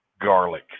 Garlic